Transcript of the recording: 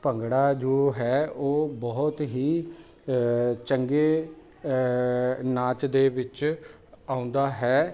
ਭੰਗੜਾ ਜੋ ਹੈ ਉਹ ਬਹੁਤ ਹੀ ਚੰਗੇ ਨਾਚ ਦੇ ਵਿੱਚ ਆਉਂਦਾ ਹੈ